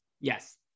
Yes